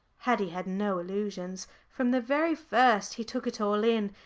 haddie had no illusions. from the very first he took it all in,